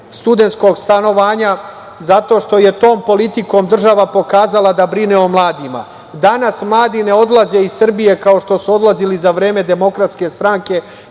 studentskog stanovanja zato što je tom politikom država pokazala da brine o mladima. Danas mladi ne odlaze iz Srbije kao što su odlazili za vreme DS i